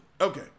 Okay